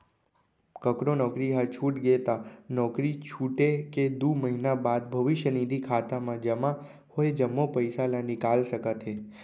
ककरो नउकरी ह छूट गे त नउकरी छूटे के दू महिना बाद भविस्य निधि खाता म जमा होय जम्मो पइसा ल निकाल सकत हे